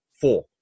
four